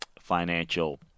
financial